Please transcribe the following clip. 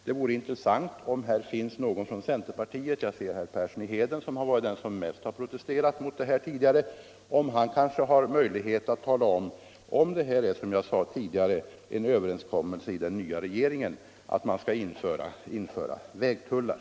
Det vore intressant om någon från centerpartiet — jag ser herr Persson i Heden, som varit den som mest har protesterat mot sådana förslag tidigare — hade möjlighet att tala om för oss huruvida det finns en överenskommelse inom den nya regeringen om alt införa vägtullar.